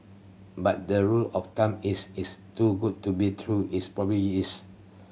but the rule of thumb is it's too good to be true is probably is